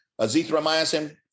Azithromycin